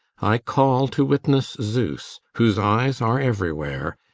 i call to witness zeus, whose eyes are everywhere,